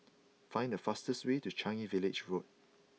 find the fastest way to Changi Village Road